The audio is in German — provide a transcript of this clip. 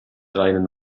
reinen